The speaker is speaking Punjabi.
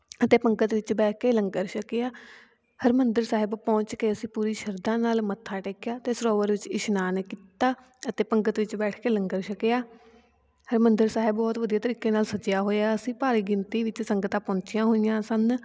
ਅਤੇ ਪੰਗਤ ਵਿੱਚ ਬਹਿ ਕੇ ਲੰਗਰ ਛਕਿਆ ਹਰਿਮੰਦਰ ਸਾਹਿਬ ਪਹੁੰਚ ਕੇ ਅਸੀਂ ਪੂਰੀ ਸ਼ਰਧਾ ਨਾਲ ਮੱਥਾ ਟੇਕਿਆ ਅਤੇ ਸਰੋਵਰ ਵਿੱਚ ਇਸ਼ਨਾਨ ਕੀਤਾ ਅਤੇ ਪੰਗਤ ਵਿੱਚ ਬੈਠ ਕੇ ਲੰਗਰ ਛਕਿਆ ਹਰਿਮੰਦਰ ਸਾਹਿਬ ਬਹੁਤ ਵਧੀਆ ਤਰੀਕੇ ਨਾਲ ਸਜਿਆ ਹੋਇਆ ਸੀ ਭਾਰੀ ਗਿਣਤੀ ਵਿੱਚ ਸੰਗਤਾਂ ਪਹੁੰਚੀਆਂ ਹੋਈਆਂ ਸਨ